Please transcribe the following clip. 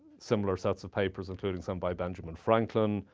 similar sets of papers, including some by benjamin franklin.